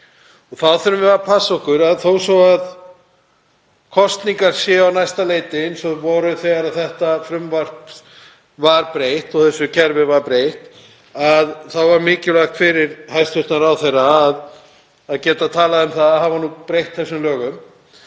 Við þurfum að passa okkur á því að þó svo að kosningar séu á næsta leiti, eins og þær voru þegar þetta frumvarp var breytt og þessu kerfi var breytt og það var mikilvægt fyrir hæstv. ráðherra að geta talað um að hafa nú breytt þessum lögum,